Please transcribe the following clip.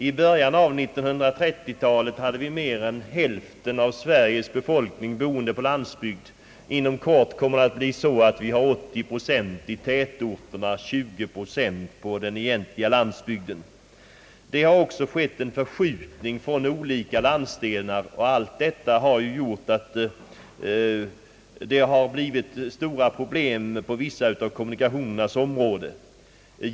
I början av 1930-talet bodde mer än hälften av Sveriges befolkning på landsbygden — inom kort kommer 80 procent att bo i tätorterna och 20 procent på den egentliga landsbygden. Det har också skett en förskjutning mellan olika landsdelar. Allt detta har skapat stora problem på vissa kommunikationsområden.